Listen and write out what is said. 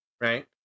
right